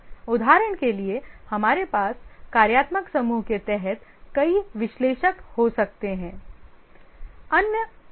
उदाहरण के लिए हमारे पास कार्यात्मक समूह के तहत कई विश्लेषक हो सकते हैं